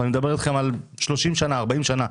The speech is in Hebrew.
ואני מדבר אתכם על 30 40 שנה,